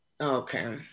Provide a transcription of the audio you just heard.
Okay